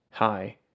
Hi